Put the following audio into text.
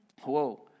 Whoa